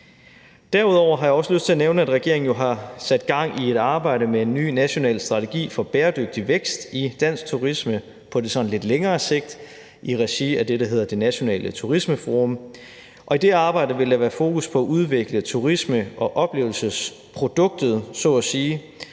Derudover har jeg også lyst til at nævne, at regeringen jo har sat gang i et arbejde med en ny national strategi for bæredygtig vækst i dansk turisme på lidt længere sigt i regi af det, der hedder Det Nationale Turismeforum, og i det arbejde vil der være fokus på at udvikle turisme- og oplevelsesproduktet, så at sige,